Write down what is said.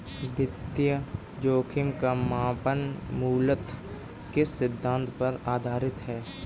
वित्तीय जोखिम का मापन मूलतः किस सिद्धांत पर आधारित है?